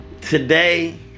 Today